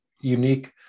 unique